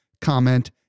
comment